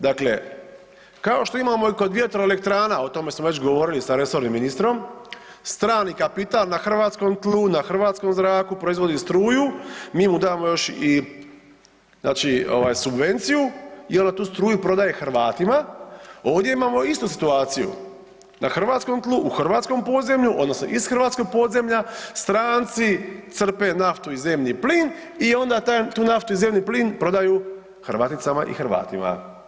Dakle kao što imamo kod vjetroelektrana, o tome smo već govorili sa resornim ministrom, strani kapital na hrvatskom tlu, na hrvatskom zraku proizvodi struju, mi mu damo još i znači subvenciju i onda tu struju prodaje Hrvatima, ovdje imamo istu situaciju, na hrvatskom tlu u hrvatskom podzemlju odnosno iz hrvatskog podzemlja stranci crpe naftu i zemni plin i onda tu naftu i zemni plin prodaju Hrvaticama i Hrvatima.